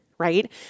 right